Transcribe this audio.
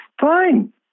fine